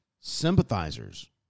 sympathizers